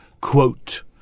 quote